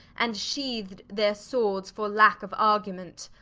and sheath'd their swords, for lack of argument.